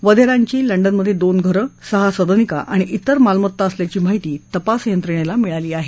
वधेरांची लंडनमध्ये दोन घरं सहा सदनिका आणि त्विर मालमत्ता असल्याची माहिती तपास यंत्रणेला मिळाली आहे